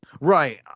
Right